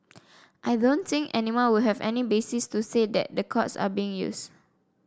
I don't think anyone would have any basis to say that the courts are being used